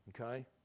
Okay